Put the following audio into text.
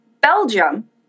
belgium